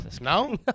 No